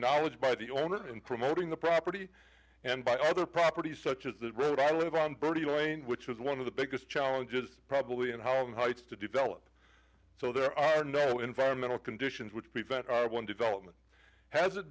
knowledged by the owner and promoting the property and by other properties such as the road i live on bertie lane which was one of the biggest challenges probably in home heights to develop so there are no environmental conditions which prevent one development has